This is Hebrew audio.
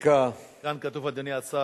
מבדיקה, כאן כתוב, אדוני השר: